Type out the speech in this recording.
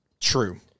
true